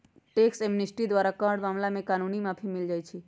tax amnesty द्वारा कर मामला में कानूनी माफी मिल जाइ छै